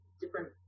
different